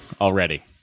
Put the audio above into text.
already